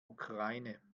ukraine